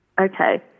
okay